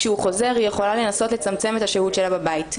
כשהוא חוזר היא יכולה לנסות לצמצם את השהות שלה בבית.